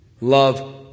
Love